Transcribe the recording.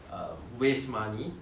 有点浪费钱 lah